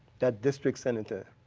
that district senator.